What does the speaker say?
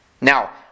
Now